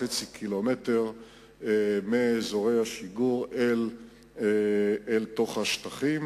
קילומטרים מאזורי השיגור אל תוך השטחים.